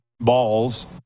balls